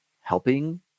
helping